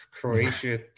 croatia